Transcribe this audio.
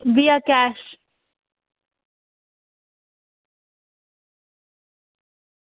ओह्बी कैश